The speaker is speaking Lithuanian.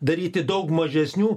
daryti daug mažesnių